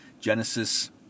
Genesis